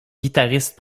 guitariste